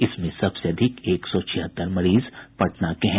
इसमें सबसे अधिक एक सौ छिहत्तर मरीज पटना के हैं